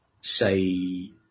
say